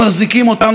טוענים,